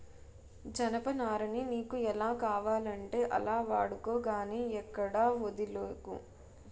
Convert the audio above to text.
జనపనారని నీకు ఎలా కావాలంటే అలా వాడుకో గానీ ఎక్కడా వొదిలీకు